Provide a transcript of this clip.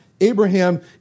Abraham